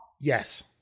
Yes